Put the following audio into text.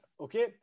Okay